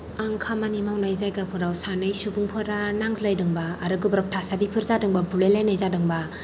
आं खामानि मावनाय जायगाफोराव सानै सुबुंफोरा नांज्लायदोंबा आरो गोब्राब थासारिफोर जादोंबा बुलायलायनाय जादों बा